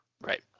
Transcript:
Right